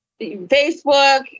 Facebook